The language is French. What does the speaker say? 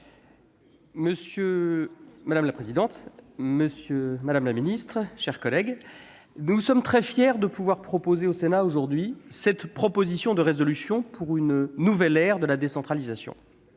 Durain. Madame la présidente, madame la ministre, chers collègues, nous sommes très fiers de soumettre au Sénat cette proposition de résolution pour une nouvelle ère de la décentralisation.